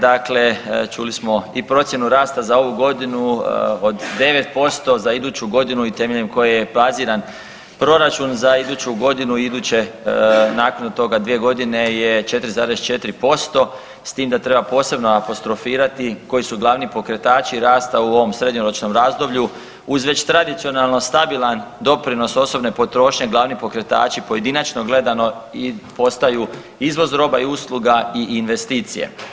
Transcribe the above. Dakle, čuli smo i procjenu rasta za ovu godinu od 9%, za iduću godinu i temeljem koje baziran proračun za iduću godinu i iduće nakon toga 2 godine je 4,4% s tim da treba posebno apostrofirati koji su glavni pokretači rasta u ovom srednjoročnom razdoblju uz već tradicionalno stabilan doprinos osobne potrošnje glavni pokretači pojedinačno gledano i postaju izvoz roba i usluga i investicije.